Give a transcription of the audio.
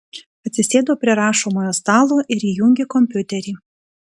atsisėdo prie rašomojo stalo ir įjungė kompiuterį